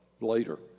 later